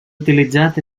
utilitzat